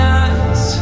eyes